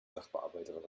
sachbearbeiterin